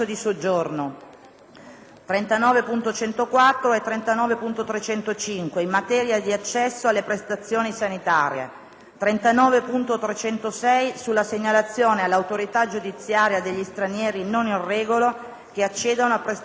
39.104 e 39.305, in materia di accesso alle prestazioni sanitarie, 39.306, sulla segnalazione all'autorità giudiziaria degli stranieri non in regola che accedono a prestazioni sanitarie.